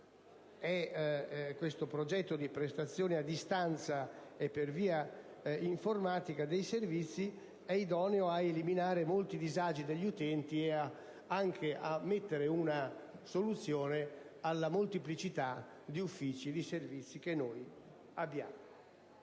Questo progetto di prestazione di servizi a distanza per via informatica è idoneo ad eliminare molti disagi per gli utenti e anche a mettere una soluzione alla molteplicità di uffici e di servizi che noi abbiamo.